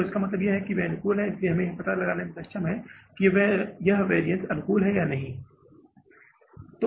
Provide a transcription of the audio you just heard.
तो इसका मतलब है कि वे अनुकूल हैं इसलिए हम यह पता लगाने में सक्षम हैं कि यह वैरिअन्स अनुकूल है या नहीं यह भिन्नतावैरिअन्स अनुकूल है